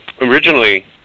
originally